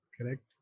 Correct